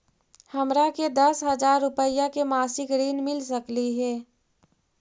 हमरा के दस हजार रुपया के मासिक ऋण मिल सकली हे?